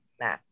Nah